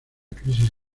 crisis